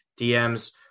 dms